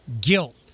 guilt